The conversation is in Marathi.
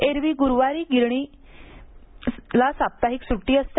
एरवी गुरुवारी पीठ गिरण्याची साप्ताहिक सुट्टी असते